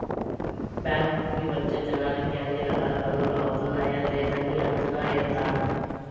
బ్యాంకుకి వచ్చే జనాలకి అన్ని రకాల పనులు అవుతున్నాయా లేదని అంచనా ఏత్తారు